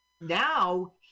now